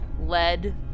lead